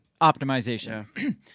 Optimization